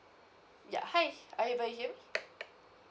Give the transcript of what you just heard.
ya hi are you by you hear me